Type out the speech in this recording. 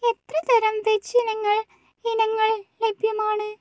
എത്ര തരം വെജ് ഇനങ്ങൾ ഇനങ്ങൾ ലഭ്യമാണ്